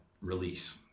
release